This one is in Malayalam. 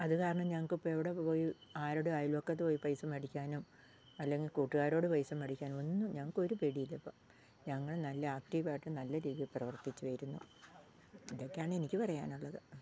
അത് കാരണം ഞങ്ങൾക്കിപ്പം എവിടെ പോയി ആരോടും അയൽവക്കത്ത് പോയി പൈസ മേടിക്കാനും അല്ലെങ്കിൽ കൂട്ടുകാരോട് പൈസ മേടിക്കാനും ഒന്നും ഞങ്ങൾക്ക് ഒരു പേടിയില്ലിപ്പം ഞങ്ങൾ നല്ല ആക്റ്റീവായിട്ട് നല്ല രീതിയിൽ പ്രവർത്തിച്ച് വരുന്നു ഇതൊക്കെയാണെനിക്ക് പറയാനുള്ളത്